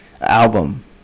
album